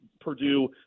Purdue